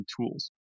tools